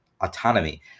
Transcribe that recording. autonomy